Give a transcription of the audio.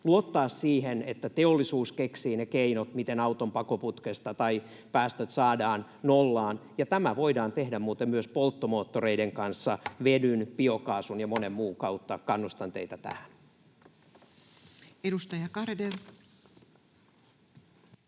luottaa siihen, että teollisuus keksii ne keinot, miten auton päästöt saadaan nollaan, ja tämä voidaan tehdä muuten myös polttomoottoreiden kanssa vedyn, biokaasun ja monen muun kautta. Kannustan teitä tähän. Edustaja Garedew.